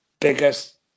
biggest